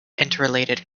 interrelated